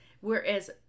Whereas